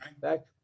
back